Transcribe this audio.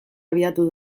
abiatu